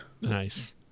nice